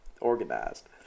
organized